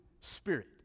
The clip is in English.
spirit